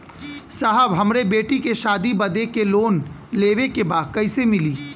साहब हमरे बेटी के शादी बदे के लोन लेवे के बा कइसे मिलि?